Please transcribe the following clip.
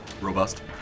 Robust